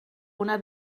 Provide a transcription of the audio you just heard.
una